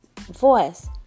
voice